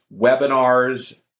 webinars